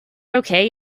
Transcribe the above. okay